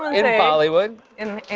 in in bollywood. in